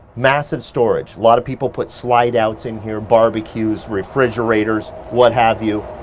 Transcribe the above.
massive storage. lot of people put slide outs in here, barbecues, refrigerators, what have you.